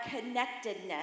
connectedness